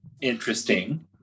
interesting